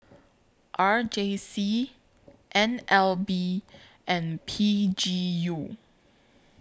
R J C N L B and P G U